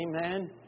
amen